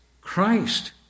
Christ